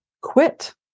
quit